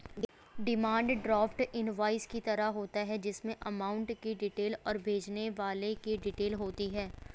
demand draft invoice की तरह होता है जिसमे अमाउंट की डिटेल और भेजने वाले की डिटेल होती है